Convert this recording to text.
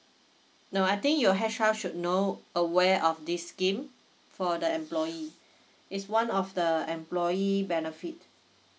no I think your H_R should know aware of this scheme for the employees is one of the employee benefit